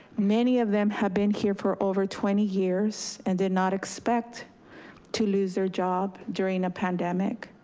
many of them have been here for over twenty years and did not expect to lose their job during a pandemic.